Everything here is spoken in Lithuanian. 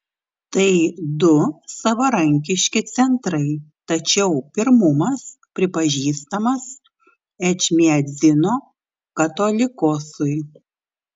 tai du savarankiški centrai tačiau pirmumas pripažįstamas ečmiadzino katolikosui